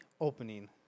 opening